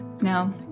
No